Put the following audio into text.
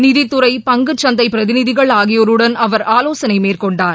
நிதித்துறை பங்குச்சந்தை பிரதிநிதிகள் ஆகியோருடன் அவர் ஆலோசனைமேற்கொண்டார்